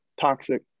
toxic